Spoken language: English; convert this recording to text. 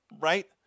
Right